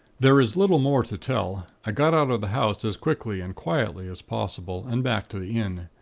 there is little more to tell. i got out of the house as quickly and quietly as possible, and back to the inn.